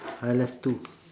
I left two